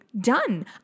done